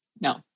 No